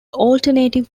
alternative